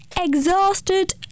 exhausted